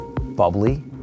bubbly